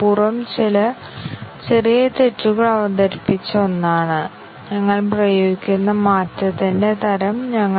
അതിനാൽ 1 2 3 5 1 6 1 2 4 5 1 6 അതിനാൽ ഇവ രണ്ട് ഇൻഡിപെൻഡൻറ് പാത്തുകൾ ആണ് മറ്റേതെങ്കിലും പാത്തുകൾ ആ രണ്ട് പാത്തുകളുടെയും ലീനിയർ സംയോജനമാണ്